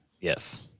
Yes